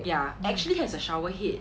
ya actually has a shower head